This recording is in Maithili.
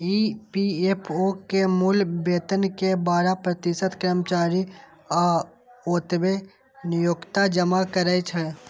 ई.पी.एफ.ओ मे मूल वेतन के बारह प्रतिशत कर्मचारी आ ओतबे नियोक्ता जमा करै छै